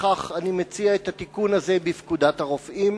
לפיכך אני מציע את התיקון הזה בפקודת הרופאים.